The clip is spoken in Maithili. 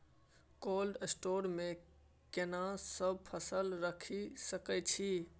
कोल्ड स्टोर मे केना सब फसल रखि सकय छी?